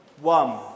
One